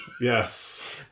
Yes